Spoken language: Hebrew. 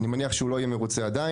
אני מניח שהוא לא יהיה מרוצה עדיין.